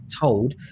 told